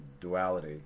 duality